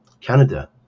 Canada